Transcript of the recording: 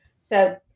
So-